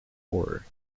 horror